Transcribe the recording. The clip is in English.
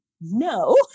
no